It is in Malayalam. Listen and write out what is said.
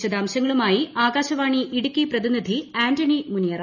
വിശദാംശങ്ങളുമായി ആകാശവാണി ഇടുക്കി പ്രതിനിധി ആന്റണി മുനിയറ